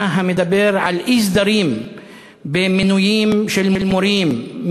המדבר על אי-סדרים במינויים של מורים,